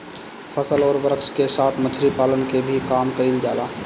फसल अउरी वृक्ष के साथ मछरी पालन के भी काम कईल जाला